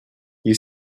you